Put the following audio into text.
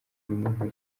muntu